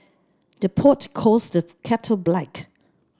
the pot calls the kettle black